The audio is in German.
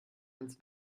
ans